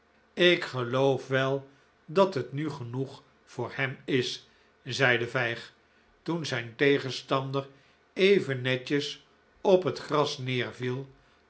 ik geloof wel dat het nu genoeg voor hem is zeide vijg toen zijn tegenstander even netjes op het gras neerviel